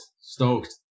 Stoked